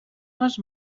les